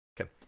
Okay